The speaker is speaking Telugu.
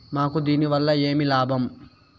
మాకు దీనివల్ల ఏమి లాభం